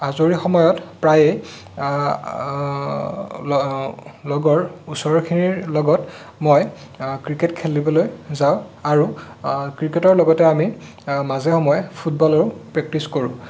আজৰি সময়ত প্ৰায়ে ল লগৰ ওচৰৰখিনিৰ লগত মই ক্ৰিকেট খেলিবলৈ যাওঁ আৰু ক্ৰিকেটৰ লগতে আমি মাজে সময়ে ফুটবলৰো প্ৰেক্টিছ কৰোঁ